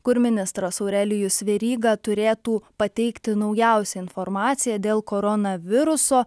kur ministras aurelijus veryga turėtų pateikti naujausią informaciją dėl koronaviruso